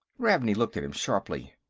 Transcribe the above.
ravney looked at him sharply.